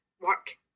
work